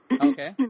Okay